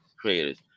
creators